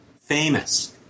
famous